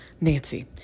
Nancy